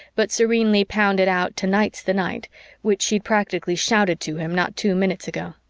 but serenely pounded out tonight's the night which she'd practically shouted to him not two minutes ago.